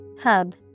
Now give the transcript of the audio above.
Hub